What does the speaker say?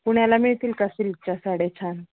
पुण्याला मिळतील का सिल्कच्या साड्या छान